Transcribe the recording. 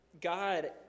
God